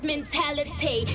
Mentality